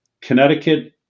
Connecticut